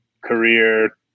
career